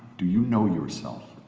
do you know yourself?